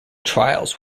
trials